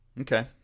Okay